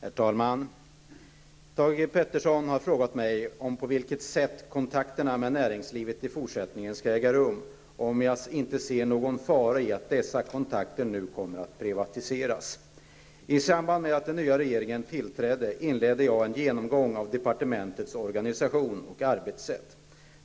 Herr talman! Thage G Peterson har frågat mig på vilket sätt kontakterna med näringslivet i fortsättningen skall äga rum och om jag inte ser någon fara i att dessa kontakter nu kommer att privatiseras. I samband med att den nya regeringen tillträdde, inledde jag en genomgång av departementets organisation och arbetssätt.